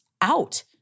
out